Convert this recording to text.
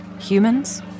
Humans